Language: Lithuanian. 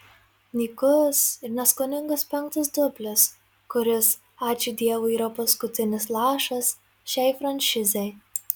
nykus ir neskoningas penktas dublis kuris ačiū dievui yra paskutinis lašas šiai franšizei